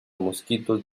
mosquitos